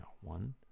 one